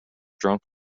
drunk